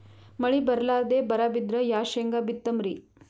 ಮಳಿ ಬರ್ಲಾದೆ ಬರಾ ಬಿದ್ರ ಯಾ ಶೇಂಗಾ ಬಿತ್ತಮ್ರೀ?